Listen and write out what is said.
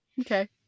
Okay